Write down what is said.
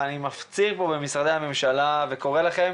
אני מפציר במשרדי הממשלה וקורא לכם